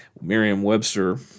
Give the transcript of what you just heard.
Merriam-Webster